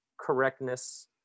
correctness